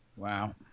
Wow